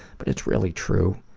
but it's really true.